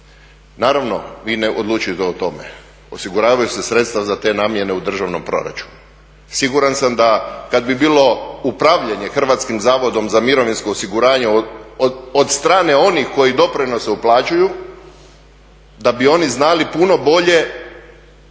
Naravno, vi ne odlučujete o tome. Osiguravaju se sredstva za te namjene u državnom proračunu. Siguran sam da kad bi bilo upravljanje Hrvatskim zavodom za mirovinsko osiguranje od strane onih koji doprinose uplaćuju, da bi oni znali puno bolje